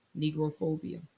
negrophobia